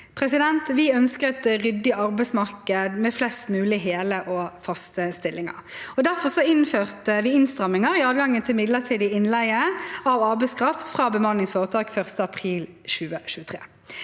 Vi ønsker et ryddig arbeidsmarked med flest mulig hele og faste stillinger. Derfor innførte vi innstramminger i adgangen til midlertidig innleie av arbeidskraft fra bemanningsforetak 1. april 2023.